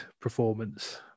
performance